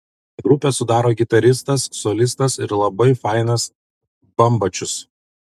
grupę sudaro gitaristas solistas ir labai fainas bambačius